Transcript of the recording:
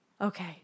okay